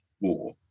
War